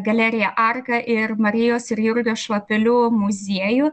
galeriją arka ir marijos ir jurgio šlapelių muziejų